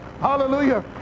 hallelujah